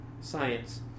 science